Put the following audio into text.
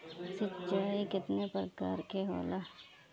सिंचाई केतना प्रकार के होला?